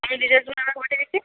আমি পৌঁছে গেছি